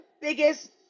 biggest